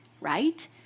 right